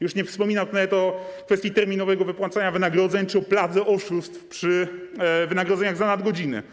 Już nie wspominam nawet o kwestii terminowego wypłacania wynagrodzeń czy o pladze oszustw przy wynagrodzeniach za nadgodziny.